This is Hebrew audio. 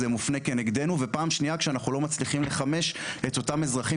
מופנה כנגדנו ופעם שניה כשאנחנו לא מצליחים לחמש את אותם אזרחים